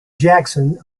jackson